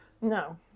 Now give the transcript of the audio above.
No